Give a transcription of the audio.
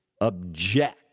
object